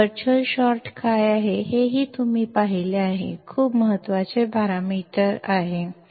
virtual short काय आहे हेही तुम्ही पाहिले आहे खूप महत्वाचे पॅरामीटर व्हर्च्युअल शॉर्ट